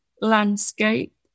landscape